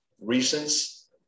reasons